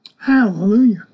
Hallelujah